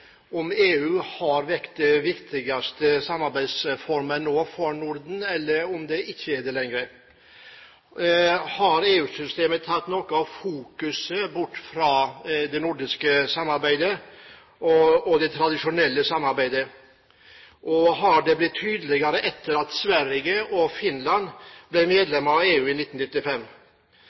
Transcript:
om EU har vært det viktigste samarbeidsforumet for Norden – eller om det ikke er det lenger. Har EU-systemet tatt noe av fokuset bort fra det tradisjonelle nordiske samarbeidet, og har det blitt tydeligere etter at Sverige og Finland ble medlemmer av EU i 1995?